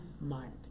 mind